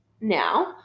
now